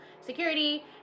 security